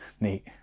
Neat